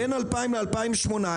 בין 2000 ל-2018,